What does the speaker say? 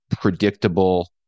predictable